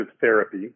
therapy